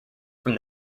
from